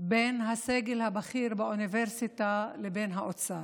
בין הסגל הבכיר באוניברסיטה לבין האוצר.